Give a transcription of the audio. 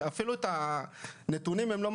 הם לא מעבירים לנו את הנתונים באצטלה